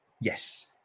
Yes